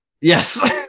Yes